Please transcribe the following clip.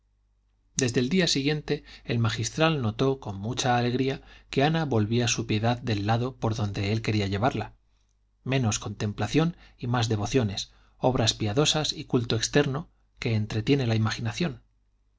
desde el día siguiente el magistral notó con mucha alegría que ana volvía su piedad del lado por donde él quería llevarla menos contemplación y más devociones obras piadosas y culto externo que entretiene la imaginación con